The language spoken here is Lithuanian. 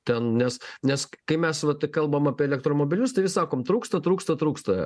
ten nes nes kai mes vat kalbam apie elektromobilius tai vis sakom trūksta trūksta trūksta